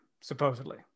supposedly